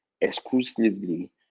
exclusively